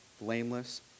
blameless